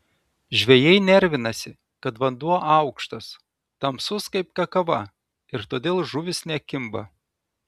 žvejai nervinasi kad vanduo aukštas tamsus kaip kava ir todėl žuvys nekimba